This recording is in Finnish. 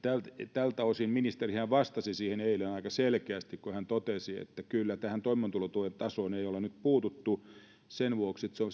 tältä osinhan ministeri vastasi siihen eilen aika selkeästi kun hän totesi että tähän toimeentulotuen tasoon ei olla nyt puututtu sen vuoksi että se on